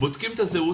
בודקים את הזהות,